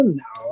no